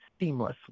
seamlessly